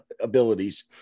abilities